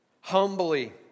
humbly